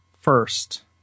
first